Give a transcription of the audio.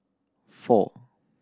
four